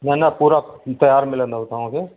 न न पूरा तयारु मिलंदव तव्हांखे